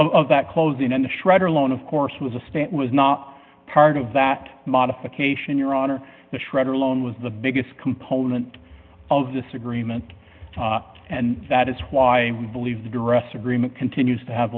of that closing in the shredder loan of course was a state was not part of that modification your honor the shredder loan was the biggest component of this agreement and that is why we believe the duress agreement continues to have